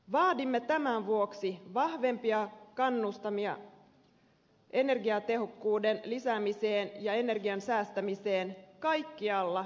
vaadimme tämän vuoksi vahvempia kannustamia energiatehokkuuden lisäämiseen ja energian säästämiseen kaikkialla yhteiskunnassa